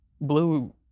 Blue